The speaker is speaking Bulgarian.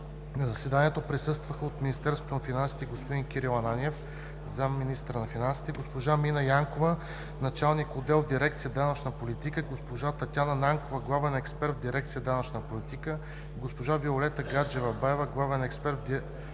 На заседанието присъстваха от Министерство на финансите: господин Кирил Ананиев – зам.-министър на финансите, госпожа Мина Янкова – началник на отдел в Дирекция „Данъчна политика“, госпожа Татяна Накова – главен експерт в Дирекция „Данъчна политика“, госпожа Виолета Гаджева-Баева – главен експерт в Дирекция „Данъчна политика“,